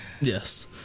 yes